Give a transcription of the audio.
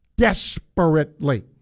desperately